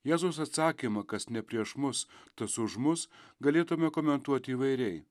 jėzaus atsakymą kas ne prieš mus tas už mus galėtumėme komentuoti įvairiai